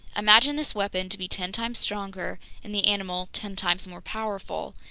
imagine this weapon to be ten times stronger and the animal ten times more powerful,